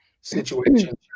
situation